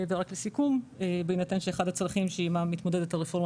לסיכום אחד הצרכים שעמה מתמודדת הרפורמה